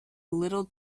little